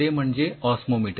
ते म्हणजे ऑस्मोमीटर